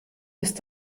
ist